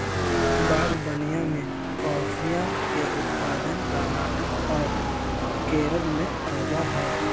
बागवनीया में कॉफीया के उत्पादन कर्नाटक और केरल में होबा हई